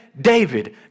David